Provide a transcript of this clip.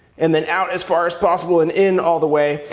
and then out as far as possible, and in all the way.